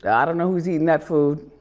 i don't know who's eating that food.